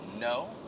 No